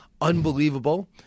unbelievable